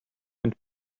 and